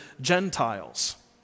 Gentiles